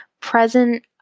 present